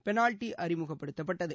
penalty அறிமுகப்படுத்தப்பட்டது